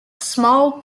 small